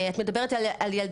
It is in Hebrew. את מדברת על,